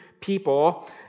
people